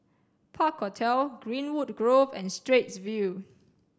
Park Hotel Greenwood Grove and Straits View